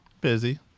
Busy